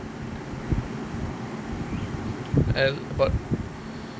about